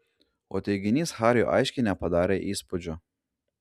o teiginys hariui aiškiai nepadarė įspūdžio